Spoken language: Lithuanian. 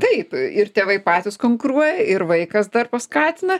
taip ir tėvai patys konkuruoja ir vaikas dar paskatina